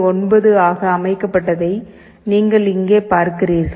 9 ஆக அமைக்கப்பட்டதை நீங்கள் இங்கே பார்க்கிறீர்கள்